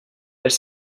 elle